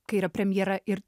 kai yra premjera ir